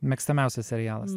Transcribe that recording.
mėgstamiausias serialas